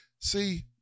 See